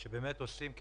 זה מכניס רק